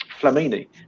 Flamini